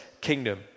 kingdom